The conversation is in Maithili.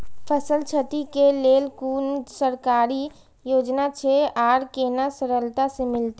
फसल छति के लेल कुन सरकारी योजना छै आर केना सरलता से मिलते?